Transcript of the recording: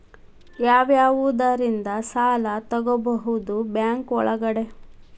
ಯಾವ್ಯಾವುದರಿಂದ ಸಾಲ ತಗೋಬಹುದು ಬ್ಯಾಂಕ್ ಒಳಗಡೆ?